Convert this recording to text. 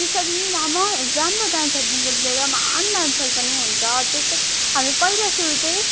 त्यसरी नै राम राम्रो डान्सरदेखिको लिएर महान् डान्सर पनि हुन्छ जस्तै हामी पहिला सुरु चाहिँ